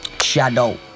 Shadow